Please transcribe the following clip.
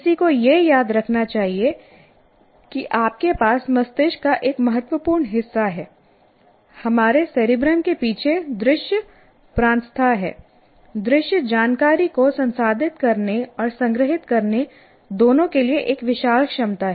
किसी को यह याद रखना चाहिए कि आपके पास मस्तिष्क का एक महत्वपूर्ण हिस्सा है हमारे सेरेब्रम के पीछे दृश्य प्रांतस्था है दृश्य जानकारी को संसाधित करने और संग्रहीत करने दोनों के लिए एक विशाल क्षमता है